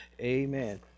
amen